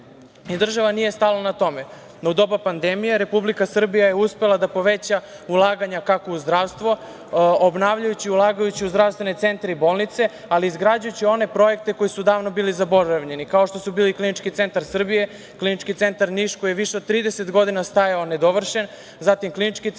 nije stala na tome. U doba pandemije Republika Srbija je uspela da poveća ulaganja, kako u zdravstvu, obnavljajući, ulažući u zdravstvene centre i bolnice, ali i izgradnjom onih projekata koji su davno bili zaboravljeni, kao što su bili Klinički centar Srbije, Klinički centar Niš koji je više od 30 godina stajao nedovršen, zatim Klinički centar Vojvodine,